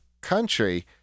country